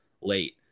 late